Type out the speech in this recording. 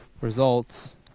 Results